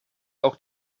auch